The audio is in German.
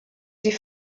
sie